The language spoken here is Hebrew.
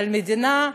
על המדינה,